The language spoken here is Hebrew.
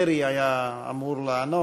השר דרעי היה אמור לענות,